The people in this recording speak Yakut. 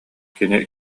кини